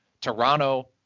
Toronto